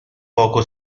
poco